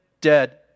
dead